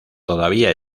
todavía